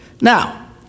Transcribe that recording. Now